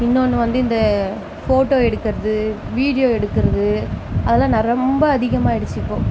இன்னொன்று வந்து இந்த ஃபோட்டோ எடுக்கிறது வீடியோ எடுக்கிறது அதெல்லாம் ரொம்ப அதிகமாயிடுச்சு இப்போது